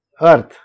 earth